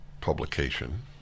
publication